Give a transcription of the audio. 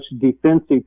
defensive